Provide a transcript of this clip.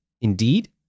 Indeed